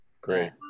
Great